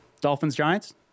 Dolphins-Giants